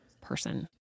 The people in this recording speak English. person